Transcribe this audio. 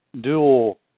dual